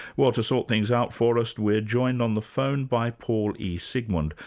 well, to sort things out for us, we're joined on the phone by paul e. sigmund,